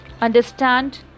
understand